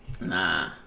Nah